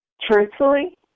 truthfully